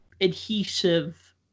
adhesive